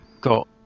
Got